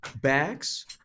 bags